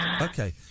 Okay